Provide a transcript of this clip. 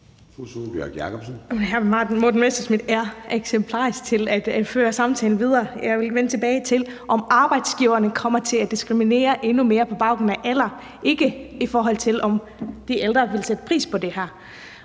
Jakobsen (LA): Men hr. Morten Messerschmidt er eksemplarisk til at føre samtalen videre. Jeg vil vende tilbage til, om arbejdsgiverne kommer til at diskriminere endnu mere på baggrund af alder, og ikke om de ældre ville sætte pris på det her.